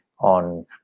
on